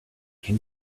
can